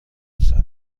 دوستت